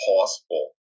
possible